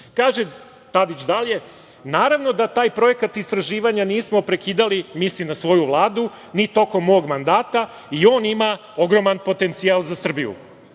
Tadić dalje: „Naravno da taj projekat istraživanja nismo prekidali, mislim na svoju Vladu, ni tokom mog mandata i on ima ogroman potencijal za Srbiju“.